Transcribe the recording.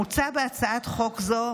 מוצע בהצעת חוק זו